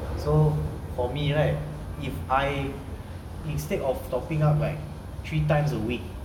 so for me right if I instead of topping up like three times a week